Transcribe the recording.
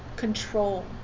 Control